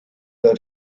der